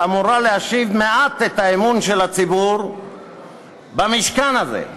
שאמורה להשיב מעט את האמון של הציבור במשכן הזה.